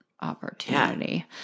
opportunity